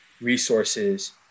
resources